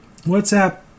whatsapp